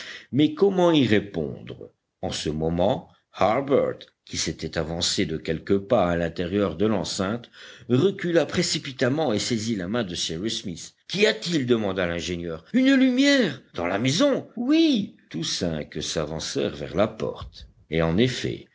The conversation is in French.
mais comment y répondre en ce moment harbert qui s'était avancé de quelques pas à l'intérieur de l'enceinte recula précipitamment et saisit la main de cyrus smith qu'y a-t-il demanda l'ingénieur une lumière dans la maison oui tous cinq s'avancèrent vers la porte et en effet